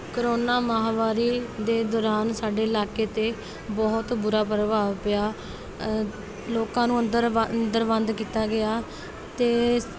corona ਮਹਾਂਮਾਰੀ ਦੇ ਦੌਰਾਨ ਸਾਡੇ ਇਲਾਕੇ 'ਤੇ ਬਹੁਤ ਬੁਰਾ ਪ੍ਰਭਾਵ ਪਿਆ ਲੋਕਾਂ ਨੂੰ ਅੰਦਰ ਅੰਦਰ ਬੰਦ ਕੀਤਾ ਗਿਆ ਅਤੇ